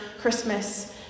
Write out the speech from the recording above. Christmas